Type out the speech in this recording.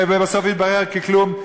ובסוף התברר כי כלום.